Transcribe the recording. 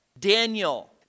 Daniel